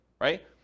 right